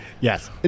Yes